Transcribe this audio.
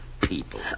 People